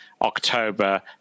October